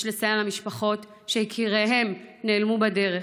יש לסייע למשפחות שיקיריהן נעלמו בדרך,